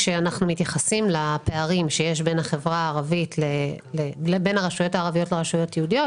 כשאנחנו מתייחסים לפערים שיש בין הרשויות הערביות לרשויות היהודיות,